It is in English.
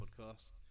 podcast